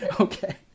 okay